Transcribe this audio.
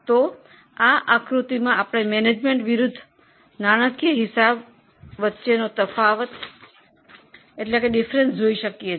તો આ આકૃતિમાં આપણે મેનેજમેન્ટ અને નાણાકીય હિસાબી વચ્ચેનો તફાવત જોઈ શકીએ છીએ